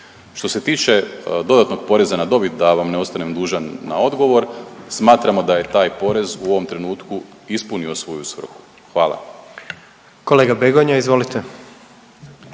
Što se tiče dodatnog poreza na dobit, da vam ne ostanem dužan na odgovor, smatramo da je taj porez u ovom trenutku ispunio svoju svrhu, hvala. **Jandroković,